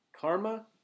karma